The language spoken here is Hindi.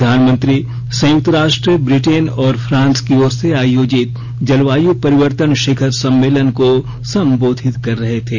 प्रधानमंत्री संयुक्त राष्ट्र ब्रिटेन और फ्रांस की ओर से आयोजित जलवायु परिवर्तन शिखर सम्मेलन को संबोधित कर रहे थे